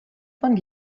von